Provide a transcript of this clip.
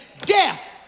death